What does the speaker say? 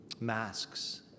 masks